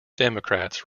democrats